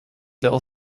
little